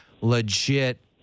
legit